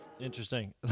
Interesting